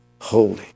holy